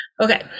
Okay